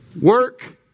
Work